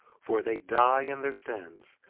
for they die in their sins,